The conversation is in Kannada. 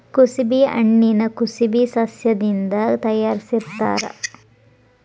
ಕುಸಬಿ ಎಣ್ಣಿನಾ ಕುಸಬೆ ಸಸ್ಯದಿಂದ ತಯಾರಿಸತ್ತಾರ